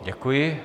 Děkuji.